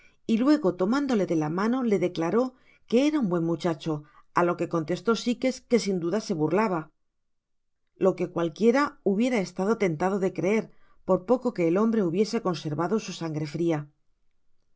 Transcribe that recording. y luego tomándole de la mano le declaró que era un buen muchacho á lo que contestó sites que sin duda se burlaba lo que cualquiera hubiera estado tentado de creer por poco que el hombre hubiese conservado su sangre fria